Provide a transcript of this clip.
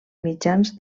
mitjans